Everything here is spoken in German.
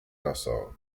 nassau